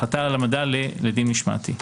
החלטה על העמדה לדין משמעתי.